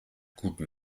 guten